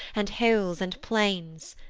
and hills, and plains.